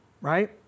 right